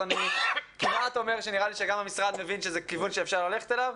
אז אני אומר שנראה שגם המשרד מבין שזה כיוון שאפשר ללכת אליו.